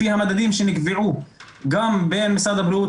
לפי המדדים שנקבעו גם בין משרד הבריאות